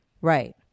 Right